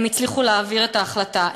הם הצליחו להעביר את ההחלטה.